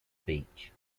beach